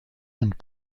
and